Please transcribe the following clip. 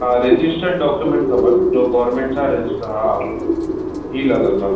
हा register document खपनि जो गोवर्नमैंट सां रजिस्टर हा हीउ लॻंदो आहे